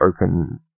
open